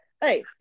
hey